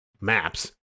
maps